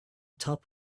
top